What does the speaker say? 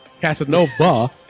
Casanova